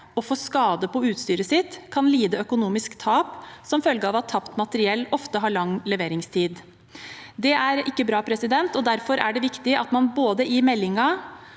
og får skade på utstyret sitt, kan lide økonomisk tap som følge av at tapt materiell ofte har lang leveringstid. Det er ikke bra, og derfor er det viktig at man både i meldingen